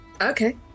Okay